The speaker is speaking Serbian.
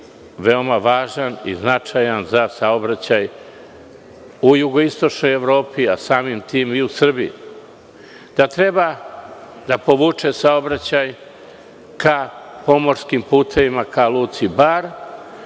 veoma važan i značajan za saobraćaj u jugoistočnoj Evropi, a samim tim i u Srbiji. Treba da povuče saobraćaj ka pomorskim putevima, ka luci Bar